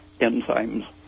enzymes